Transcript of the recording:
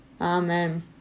Amen